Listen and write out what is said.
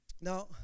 Now